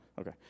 Okay